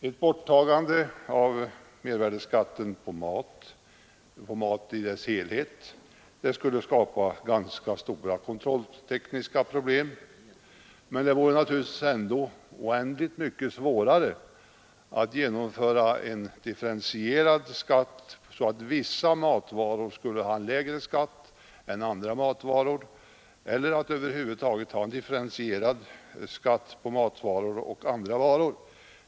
Ett borttagande av mervärdeskatten på alla matvaror skulle skapa stora kontrolltekniska problem, men det vore oändligt mycket svårare att genomföra en differentierad skatt som innebär att vissa matvaror beskattades lägre än andra — eller att över huvud taget ha en differentierad skatt på matvaror och andra varor.